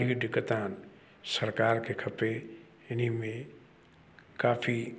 सरकार खे खपे हिन में काफ़ी